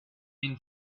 been